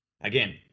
Again